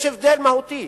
יש הבדל מהותי,